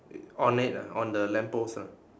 on it ah on the lamppost ah